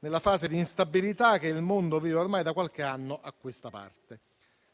nella fase di instabilità che il mondo vive ormai da qualche anno a questa parte.